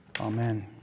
amen